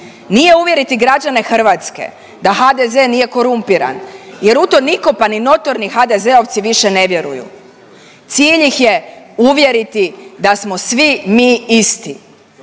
nije uvjeriti građane Hrvatske da HDZ nije korumpiran jer u to niko, pa ni notorni HDZ-ovci više ne vjeruje, cilj ih je uvjeriti da smo svi mi isti,